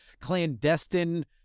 clandestine